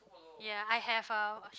ya I have a